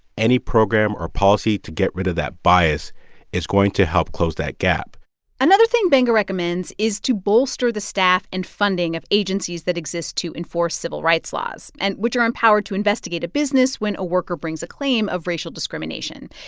any program or policy to get rid of that bias is going to help close that gap another thing gbenga recommends is to bolster the staff and funding of agencies that exist to enforce civil rights laws, and which are empowered to investigate a business when a worker brings a claim of racial discrimination,